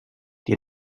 die